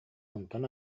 онтон